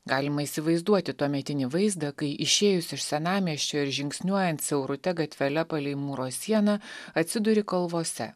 galima įsivaizduoti tuometinį vaizdą kai išėjus iš senamiesčio ir žingsniuojant siaurute gatvele palei mūro sieną atsiduri kalvose